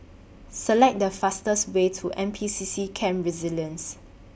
Select The fastest Way to N P C C Camp Resilience